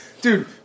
dude